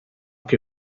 che